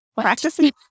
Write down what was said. Practicing